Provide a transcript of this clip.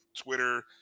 Twitter